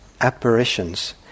apparitions